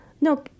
no